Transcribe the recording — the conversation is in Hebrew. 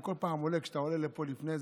אני בכל פעם עולה כשאתה עולה לפה לפני זה,